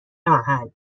محل